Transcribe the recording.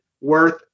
worth